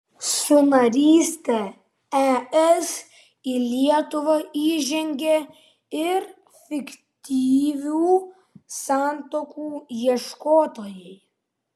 su naryste es į lietuvą įžengė ir fiktyvių santuokų ieškotojai